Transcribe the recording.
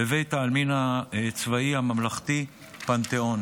בבית העלמין הצבאי הממלכתי פנתיאון